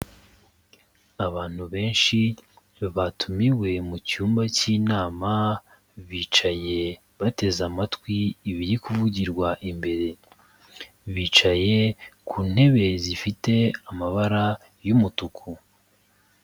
Abantu benshi batumiwe mu cyumba cy'inama, bicaye bateze amatwi ibiri kuvugirwa imbere, bicaye ku ntebe zifite amabara y'umutuku.